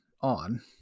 on